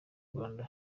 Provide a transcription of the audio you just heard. rwanda